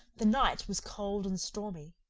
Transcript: the night was cold and stormy.